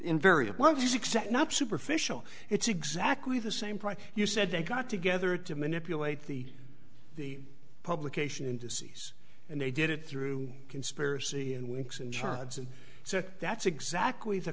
in various one of these except not superficial it's exactly the same price you said they got together to manipulate the the publication indices and they did it through conspiracy and winks and chads and so that's exactly the